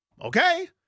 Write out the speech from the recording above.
Okay